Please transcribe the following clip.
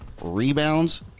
rebounds